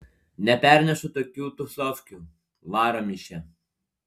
nepernešu tokių tūsofkių varom iš čia